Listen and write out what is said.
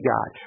God